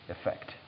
effect